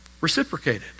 reciprocated